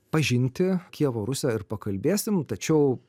pažinti kijevo rusią ir pakalbėsim tačiau